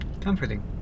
Comforting